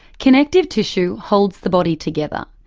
connective tissue holds the body together.